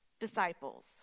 disciples